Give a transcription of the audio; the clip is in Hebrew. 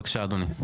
בבקשה אדוני.